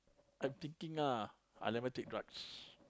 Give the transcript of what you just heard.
I'm thinking ah I never take drug